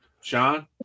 Sean